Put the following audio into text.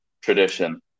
tradition